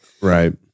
right